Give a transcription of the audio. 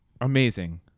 Amazing